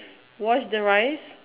wash the rice